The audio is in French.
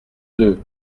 deux